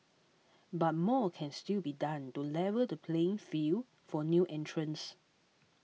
but more can still be done to level the playing field for new entrants